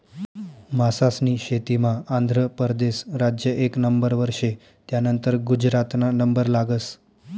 मासास्नी शेतीमा आंध्र परदेस राज्य एक नंबरवर शे, त्यानंतर गुजरातना नंबर लागस